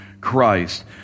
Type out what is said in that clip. christ